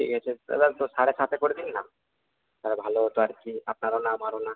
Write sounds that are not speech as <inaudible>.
ঠিক আছে দাদা <unintelligible> সাড়ে সাতে করে দিন না তাহলে ভালো হতো আর কি আপনারও না আমারও না